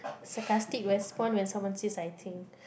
sarcastic respond when someone says I think